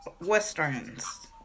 Westerns